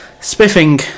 spiffing